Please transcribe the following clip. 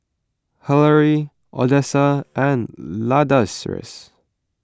Hilary Odessa and Ladarius